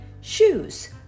Shoes